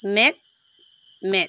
ᱢᱮᱫ ᱢᱮᱫ